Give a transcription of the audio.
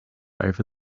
over